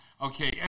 Okay